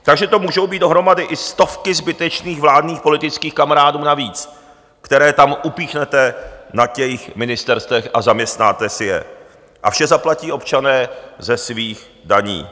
Takže to můžou být dohromady i stovky zbytečných vládních politických kamarádů navíc, které tam upíchnete na ministerstvech a zaměstnáte si je a vše zaplatí občané ze svých daní.